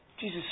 Jesus